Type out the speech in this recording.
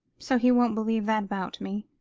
so he won't believe that about me,